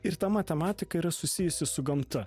ir ta matematika yra susijusi su gamta